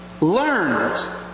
learned